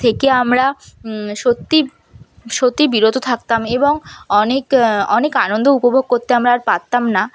থেকে আমরা সত্যিই সত্যিই বিরত থাকতাম এবং অনেক অনেক আনন্দ উপভোগ করতে আমরা আর পারতাম না